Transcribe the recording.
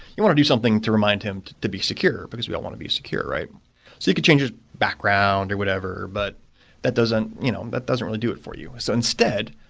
you want to do something to remind him to to be secure, because we all want to be secure. you could change his background, or whatever, but that doesn't you know that doesn't really do it for you. so instead,